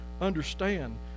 understand